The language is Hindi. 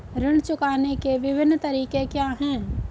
ऋण चुकाने के विभिन्न तरीके क्या हैं?